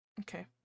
Okay